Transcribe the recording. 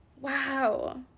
Wow